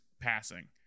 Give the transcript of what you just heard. passing